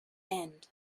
end